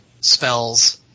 spells